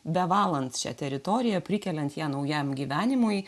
bevalant šią teritoriją prikeliant ją naujam gyvenimui